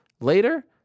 later